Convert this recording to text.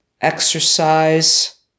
exercise